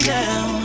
now